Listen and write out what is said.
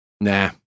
Nah